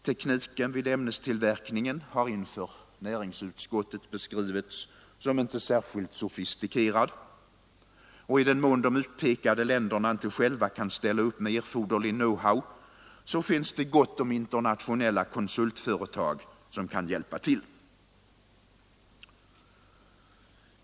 Tekniken vid ämnestillverkning har inför näringsutskottet beskrivits som inte särskilt sofistikerad, och i den mån de utpekade länderna inte själva kan ställa upp med erforderlig know-how, så finns det gott om internationella konsultföretag som kan hjälpa till.